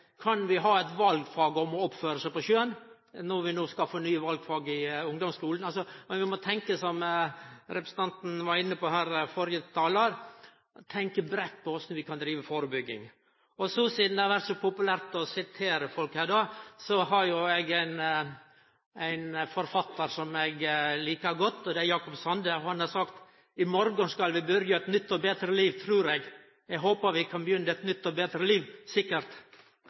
Kan vi ha eit valfag om det å oppføre seg på sjøen, når vi no skal få nye valfag i ungdomsskulen? Vi må, som førre talar var inne på, tenkje breitt når det gjeld korleis vi kan drive førebygging. Sidan det har vore så populært å sitere folk her: Eg har ein forfattar som eg likar godt, Jakob Sande, og han har sagt: «I morgon skal eg byrje på eit nytt og betre liv, trur eg.» Eg håpar vi kan begynne eit nytt og betre liv, sikkert!